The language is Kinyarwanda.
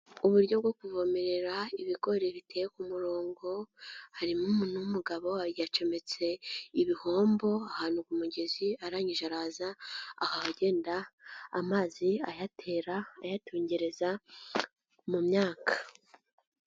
Uburyo bwo kuvomerera ibigori biteye ku murongo harimo umuntu w'umugabo yacometse ibihombo ahantu ku mugezi arangije araza akajya agenda amazi ayatera ayatungereza mu myaka.